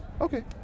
Okay